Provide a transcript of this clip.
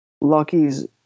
Lucky's